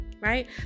right